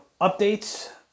updates